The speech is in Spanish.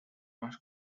más